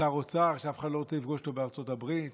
שר אוצר שאף אחד לא רוצה לפגוש אותו בארצות הברית,